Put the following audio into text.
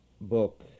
book